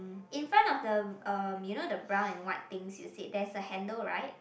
in front of the um you know the brown and white things you sit there's a handle right